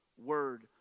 Word